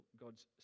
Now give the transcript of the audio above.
God's